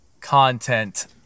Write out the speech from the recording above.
content